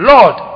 Lord